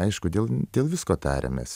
aišku dėl dėl visko tariamės